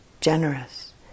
generous